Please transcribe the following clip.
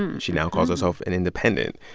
and she now calls herself an independent.